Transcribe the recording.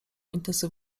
intensy